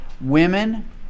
Women